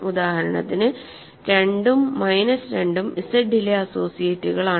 ഉദാഹരണത്തിന് 2 ഉം മൈനസ് 2 ഉം z ലെ അസോസിയേറ്റുകളാണ്